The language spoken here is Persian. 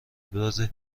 ابراز